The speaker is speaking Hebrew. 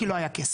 כי לא היה כסף.